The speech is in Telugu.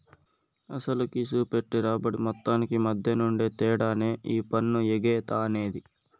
అసలుకి, సూపెట్టే రాబడి మొత్తానికి మద్దెనుండే తేడానే ఈ పన్ను ఎగేత అనేది